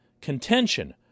contention